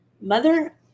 Mother